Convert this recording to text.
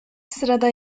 sırada